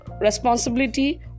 responsibility